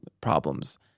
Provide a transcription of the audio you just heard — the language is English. problems